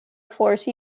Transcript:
force